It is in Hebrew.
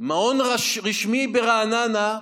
מעון רשמי ברעננה,